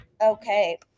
Okay